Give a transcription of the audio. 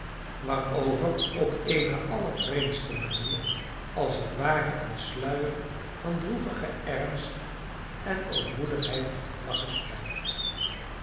waarover op eene allervreemdste manier als het ware een sluier van droevigen ernst en ootmoedigheid lag gespreid